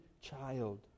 child